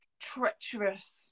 treacherous